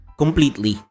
completely